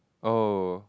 oh